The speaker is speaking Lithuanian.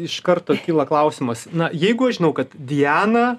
iš karto kyla klausimas na jeigu aš žinau kad diana